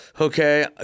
okay